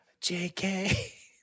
JK